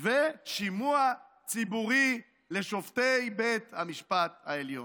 ושימוע ציבורי לשופטי בית המשפט העליון.